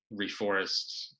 reforest